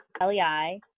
LEI